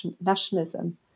nationalism